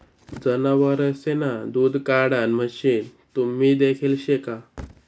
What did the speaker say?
जनावरेसना दूध काढाण मशीन तुम्ही देखेल शे का?